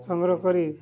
ସଂଗ୍ରହ କରି